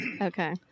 Okay